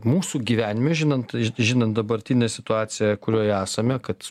mūsų gyvenime žinant žinant dabartinę situaciją kurioj esame kad